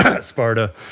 Sparta